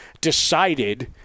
decided